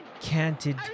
canted